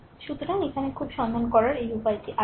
সুতরাং এখানে খুব সন্ধান করার এই উপায়টি i1